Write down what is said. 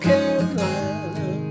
Carolina